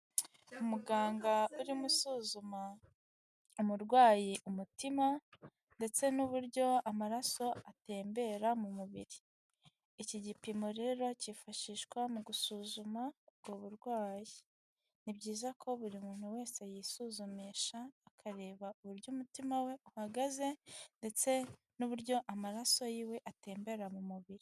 Umuganga urimo usuzuma umurwayi umutima ndetse n'uburyo amaraso atembera mu mubiri, iki gipimo rero cyifashishwa mu gusuzuma ubwo burwayi, ni byiza ko buri muntu wese yisuzumisha, akareba uburyo umutima we uhagaze ndetse n'uburyo amaraso yiwe atembera mu mubiri.